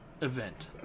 Event